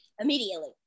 immediately